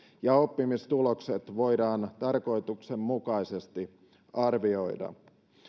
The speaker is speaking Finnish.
ja oppimistulokset voidaan tarkoituksenmukaisesti arvioida